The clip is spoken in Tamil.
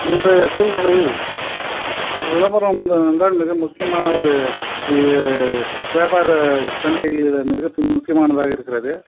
இன்றைய சூழ்நிலையில் விளம்பரம் என்பது என்றால் மிக முக்கியமான ஒரு இது வியாபார சந்தைகளிடம் மிக முக்கியமானதாக இருக்கிறது